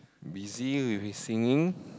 busy with his singing